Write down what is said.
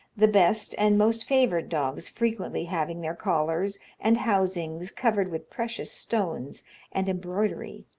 the best and most favoured dogs frequently having their collars and housings covered with precious stones and embroidery.